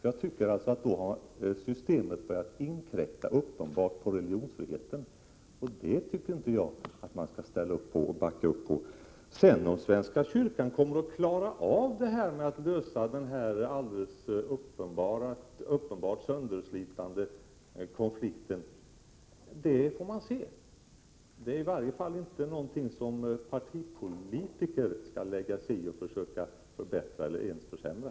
Jag tycker att då har systemet — 7 april 1988 uppenbart börjat inkräkta på religionsfriheten, och det tycker jag inte att man skall ställa upp på och backa upp. Om sedan svenska kyrkan kommer att klara av att lösa den här alldeles uppenbart sönderslitande konflikten, det får man se. Det är i varje fall inte någonting som partipolitiker skall lägga sig i och försöka förbättra eller ens försämra.